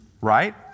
Right